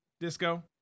disco